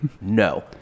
No